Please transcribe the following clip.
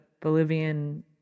Bolivian